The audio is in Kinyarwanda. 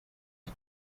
the